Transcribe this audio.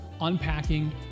unpacking